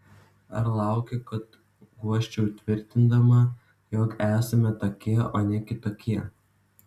ar lauki kad guosčiau tvirtindama jog esame tokie o ne kitokie